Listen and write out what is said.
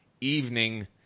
evening